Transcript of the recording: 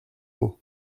mots